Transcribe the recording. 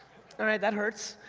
alright, that hurts.